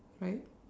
right